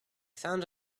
found